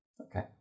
Okay